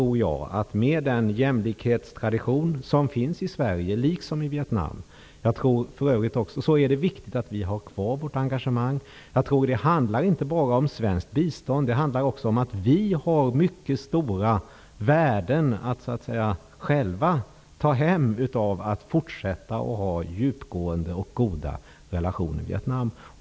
I Sverige finns, liksom i Vietnam, en jämlikhetstradition. Därför är det viktigt att vi har kvar vårt engagemang. Det handlar inte bara om svenskt bistånd. Det handlar också om att det för Sverige är av mycket stort värde att ha djupgående och goda relationer med Vietnam.